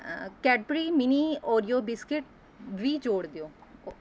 Cadbury mini Oreo biscuit ਵੀ ਜੋੜ ਦਿਓ